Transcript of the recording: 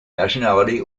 nationality